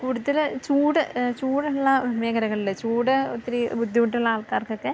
കൂടുതല് ചൂട് ചൂടുള്ള മേഖലകളില് ചൂട് ഒത്തിരി ബുദ്ധിമുട്ടുള്ള ആൾക്കാർക്കൊക്കെ